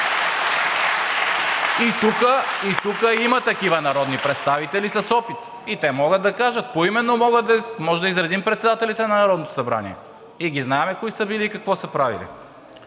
Тук има народни представители с опит и те могат да кажат – поименно може да изредим председателите на Народното събрание, знаем кои са били и какво са правили.